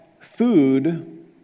food